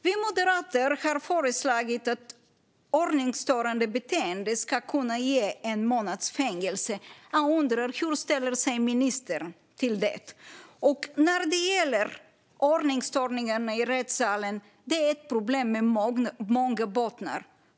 Vi moderater har föreslagit att ordningsstörande beteende ska kunna ge en månads fängelse. Hur ställer sig ministern till det? Ordningsstörningarna i rättssalen är ett problem med många bottnar.